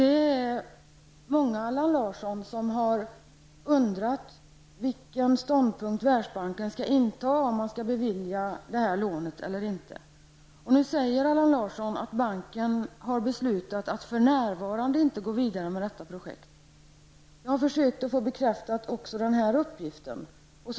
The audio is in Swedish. Många har undrat, Allan Larsson, vilket ståndpunkt Världsbanken skall inta -- om lånet skall beviljas eller ej. Nu säger Allan Larsson att Världsbanken har beslutat att för närvarande inte gå vidare med detta projekt. Jag har försökt att få även denna uppgift bekräftad.